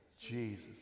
Jesus